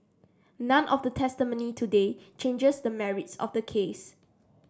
none of the testimony today changes the merits of the case